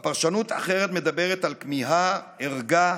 הפרשנות האחרת מדברת על כמיהה, ערגה,